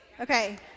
Okay